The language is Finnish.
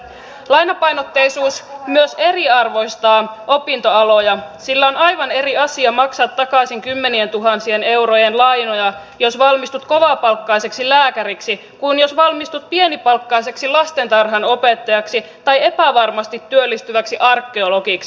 lainapainotteisuus myös eriarvoistaa opintoaloja sillä on aivan eri asia maksaa takaisin kymmenientuhansien eurojen lainoja jos valmistut kovapalkkaiseksi lääkäriksi kuin jos valmistut pienipalkkaiseksi lastentarhanopettajaksi tai epävarmasti työllistyväksi arkeologiksi